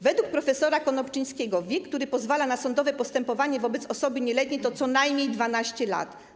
Według prof. Konopczyńskiego wiek, który pozwala na sądowe postępowanie wobec osoby nieletniej, to co najmniej 12 lat.